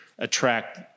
Attract